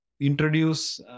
introduce